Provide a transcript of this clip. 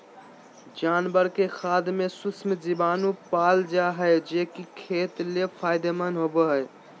जानवर के खाद में सूक्ष्म जीवाणु पाल जा हइ, जे कि खेत ले फायदेमंद होबो हइ